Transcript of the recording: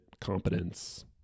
competence